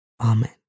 Amen